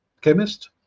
chemist